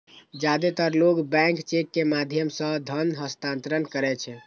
जादेतर लोग bank cheque के माध्यम सं धन हस्तांतरण करै छै